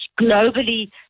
Globally